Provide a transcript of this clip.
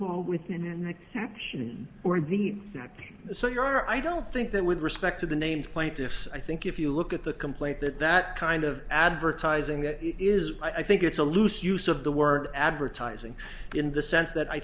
know so your i don't think that with respect to the names plaintiffs i think if you look at the complaint that that kind of advertising is i think it's a loose use of the word advertising in the sense that i